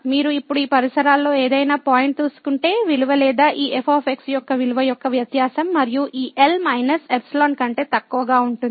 మీరు ఇప్పుడు ఈ పరిసరాల్లో ఏదైనా పాయింట్ తీసుకుంటే విలువ లేదా ఈ f యొక్క విలువ యొక్క వ్యత్యాసం మరియు ఈ L మైనస్ ϵ కంటే తక్కువగా ఉంటుంది